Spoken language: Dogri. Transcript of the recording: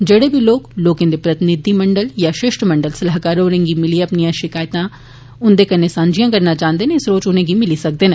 जेड़े बी लोक लोकें दे प्रतिनिधि या शिष्टमंडल सलाहकार होरें गी मिलिए अपनियां दिक्कतां शकैतां उन्दे कन्नै सांझियां करना चांह्दे न इस रोज उनेंगी मिली सकदे न